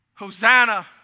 Hosanna